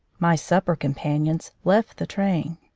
my supper companions left the train.